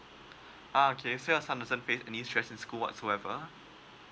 okay so your son doesn't face any stress in school whatsoever